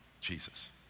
Jesus